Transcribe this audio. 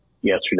yesterday